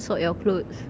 sort your clothes